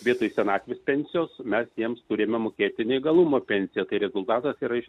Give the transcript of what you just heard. vietoj senatvės pensijos mes jiems turime mokėti neįgalumo pensiją tai rezultatas yra iš